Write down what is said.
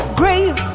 grave